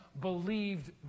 believed